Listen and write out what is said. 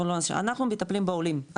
אנחנו מטפלים בעולים,